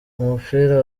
umupira